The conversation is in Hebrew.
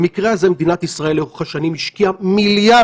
במקרה הזה מדינת ישראל לאורך השנים השקיעה מיליארדים